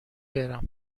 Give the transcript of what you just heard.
برم